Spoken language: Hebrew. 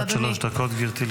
עד שלוש דקות לרשותך, גברתי.